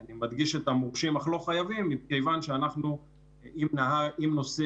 אני מדגיש את המורשים אך לא חייבים כיוון שאם נוסע